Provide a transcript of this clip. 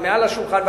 ומעל השולחן,